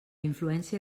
influència